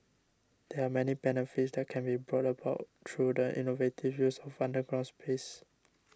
there are many benefits that can be brought about through the innovative use of underground space